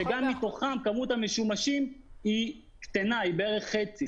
כמות המשומשים מתוכם היא קטנה, היא בערך חצי.